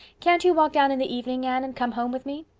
can't you walk down in the evening, anne, and come home with me?